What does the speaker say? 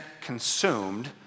consumed